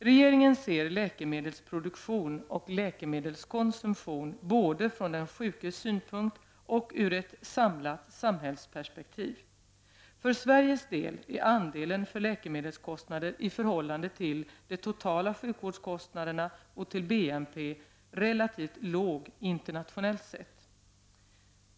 Regeringen ser läkemedelsproduktion och läkemedelskonsumtion både från den sjukes synpunkt och ur ett samlat samhällsperspektiv. För Sveriges del är andelen för läkemedelskostnader i förhållande till de totala sjukvårdskostnaderna och till BNP relativt låg internationellt sett.